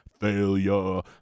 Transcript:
failure